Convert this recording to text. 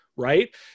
Right